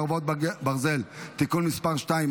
חרבות ברזל) (תיקון מס' 2),